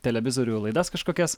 televizorių laidas kažkokias